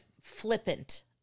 flippant